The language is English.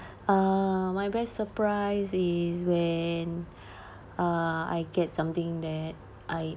uh my best surprise is when uh I get something that I